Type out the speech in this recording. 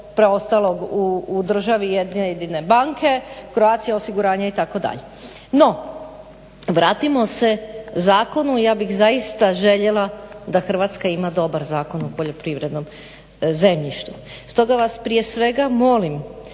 preostalog u državi, jedne jedine banke, Croatia osiguranja itd. No vratimo se zakonu. Ja bih zaista željela da Hrvatska ima dobar Zakon o poljoprivrednom zemljištu. Stoga vas prije svega molim